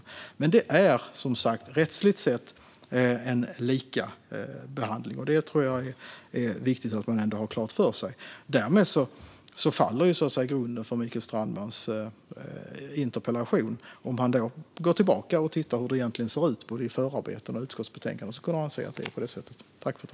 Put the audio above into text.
Rättsligt sett är det som sagt likabehandling, och detta är viktigt att ha klart för sig. Därmed faller grunden för Mikael Strandmans interpellation. Om man går tillbaka och tittar på hur det egentligen ser ut både i förarbeten och i utskottsbetänkanden kommer man att se att det är på det sättet.